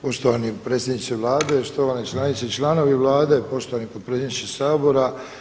Poštovani predsjedniče Vlade, štovane članice i članovi Vlade, poštovani potpredsjedniče Sabora.